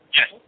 Yes